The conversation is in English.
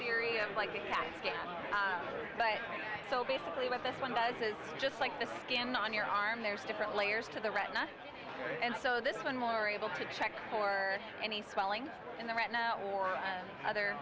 theory of like a fight so basically what this one does is just like the skin on your arm there's different layers to the retina and so this one more able to check for any swelling in the right now or other